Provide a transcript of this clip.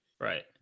right